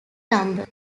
number